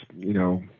you know,